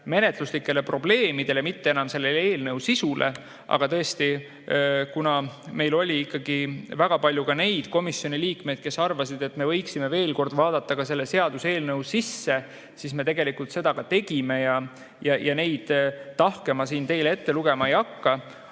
menetluslikele probleemidele, mitte enam selle eelnõu sisule. Aga tõesti, kuna meil oli ikkagi väga palju ka neid komisjoni liikmeid, kes arvasid, et me võiksime veel kord vaadata selle seaduseelnõu sisse, siis me seda ka tegime. Neid tahke ma siin teile ette lugema ei hakka.